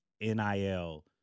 NIL